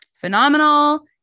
phenomenal